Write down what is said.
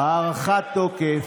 (הארכת תוקף),